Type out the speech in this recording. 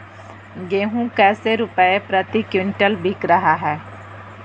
गेंहू कैसे रुपए प्रति क्विंटल बिक रहा है?